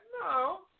No